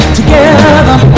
together